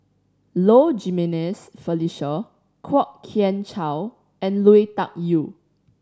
Low Jimenez Felicia Kwok Kian Chow and Lui Tuck Yew